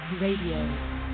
Radio